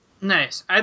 Nice